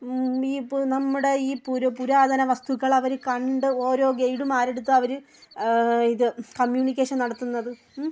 E പു നമ്മുടെ ഈ പുരു പുരാതന വസ്തുക്കൾ അവർ കണ്ട് ഓരോ ഗെയിടുമാരെടുത്ത് അവർ ഇത് കമ്മ്യൂണിക്കേഷൻ നടത്തുന്നത്